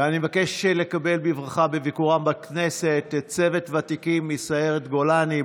ואני מבקש לקבל בברכה בביקורם בכנסת את צוות ותיקים מסיירת גולני.